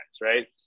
Right